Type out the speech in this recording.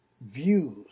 views